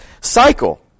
cycle